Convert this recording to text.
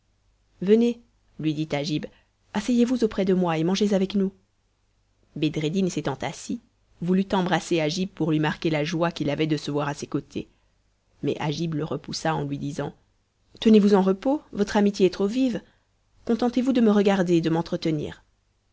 venez lui dit agib asseyez-vous auprès de moi et mangez avec nous bedreddin s'étant assis voulut embrasser agib pour lui marquer la joie qu'il avait de se voir à ses côtés mais agib le repoussa en lui disant tenez-vous en repos votre amitié est trop vive contentez-vous de me regarder et de m'entretenir